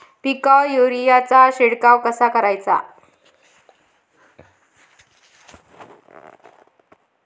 पिकावर युरीया चा शिडकाव कसा कराचा?